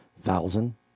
thousand